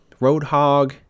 Roadhog